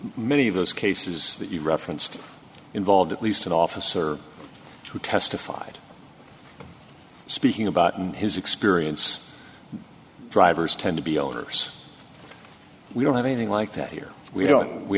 many of those cases that you referenced involved at least an officer who testified speaking about his experience drivers tend to be owners we don't have anything like that here we don't we